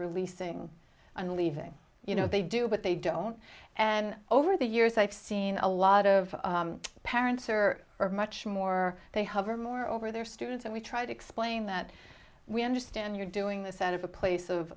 releasing and leaving you know they do but they don't and over the years i've seen a lot of parents are much more they hover more over their students and we try to explain that we understand you're doing this out of a place of